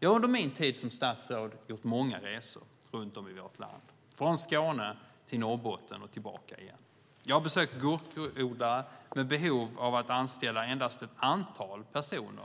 Jag har under min tid som statsråd gjort många resor runt om i vårt land, från Skåne till Norrbotten och tillbaka igen. Jag har besökt gurkodlare med behov av att anställa ett antal personer